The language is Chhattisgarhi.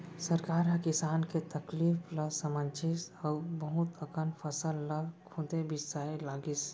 सरकार ह किसान के तकलीफ ल समझिस अउ बहुत अकन फसल ल खुदे बिसाए लगिस